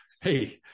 Hey